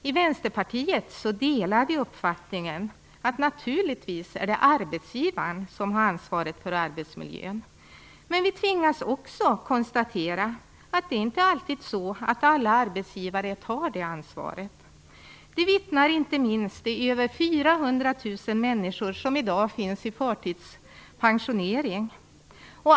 Vi i Vänsterpartiet delar naturligtvis uppfattningen att det är arbetsgivaren som har ansvaret för arbetsmiljön, men vi tvingas också konstatera att det inte alltid är så att alla arbetsgivare tar det ansvaret. Om det vittnar inte minst de över 400 000 människor som i dag är förtidspensionerade.